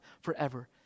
forever